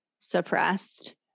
suppressed